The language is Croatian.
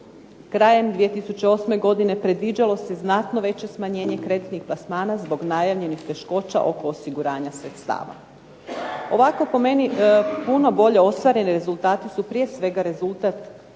krajem 2008. godine predviđalo se znatno veće smanjenje kreditnih plasmana zbog najavljenih teškoća oko osiguranja sredstava. Ovako po meni puno bolje ostvareni rezultati su prije svega rezultat